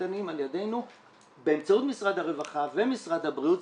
ניתנים על ידנו באמצעות משרד הרווחה ומשרד הבריאות.